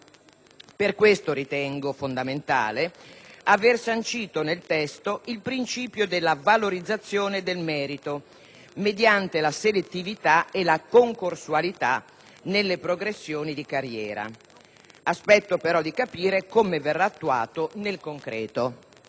Per questo ritengo fondamentale aver sancito nel testo il principio della valorizzazione del merito mediante la selettività e la concorsualità nelle progressioni di carriera. Aspetto però di capire come verrà attuato nel concreto.